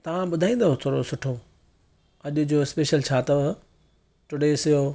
तव्हां ॿुधाईंदव थोरो सुठो अॼु जो स्पेशल छा अथव टुडेस